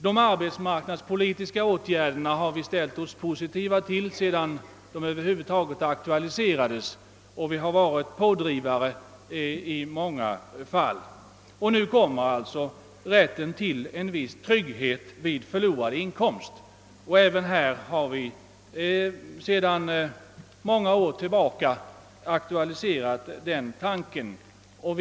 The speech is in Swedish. De arbetsmarknadspolitiska åtgärderna har vi ställt oss positiva till sedan de över huvud taget aktualiserades, och vi har varit pådrivare i många fall. Nu föreslås rätt till en viss trygghet vid förlorad inkomst. Den tankegången har vi fört fram sedan många år.